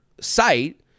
site